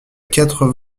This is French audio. quatre